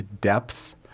depth